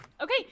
Okay